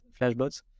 FlashBots